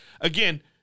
again